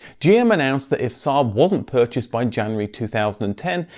gm announced that if saab wasn't purchased by january two thousand and ten,